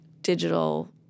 digital